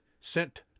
sent